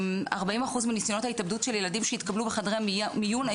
40 אחוז מניסיונות ההתאבדות של ילדים שהתקבלו בחדרי המיון,